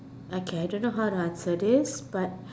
okay I don't know how to answer this but